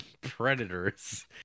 Predators